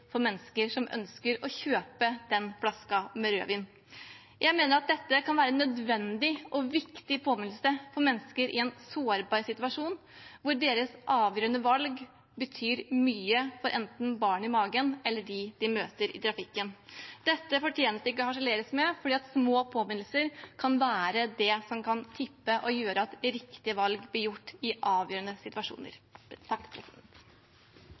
for mennesker som ønsker å kjøpe den flasken med rødvin. Jeg mener at dette kan være en nødvendig og viktig påminnelse for mennesker i en sårbar situasjon, hvor deres avgjørende valg betyr mye for enten barnet i magen eller dem som de møter i trafikken. Dette fortjener ikke å bli harselert med, for små påminnelser kan være det som gjør at riktige valg blir gjort i avgjørende situasjoner.